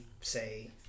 say